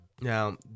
now